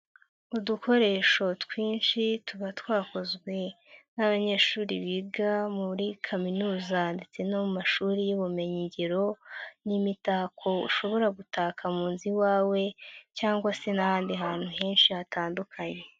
Udukoresho twinshi tuba twakozwe n'abanyeshuri biga muri kaminuza ndetse no mu mashuri y'ubumenyingiro, n'imitako ushobora gutaka muzu iwawe cyangwa se n'ahandi hantu henshi hatandukanye.